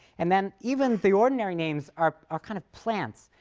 and then even the ordinary names are are kind of plants,